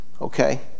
okay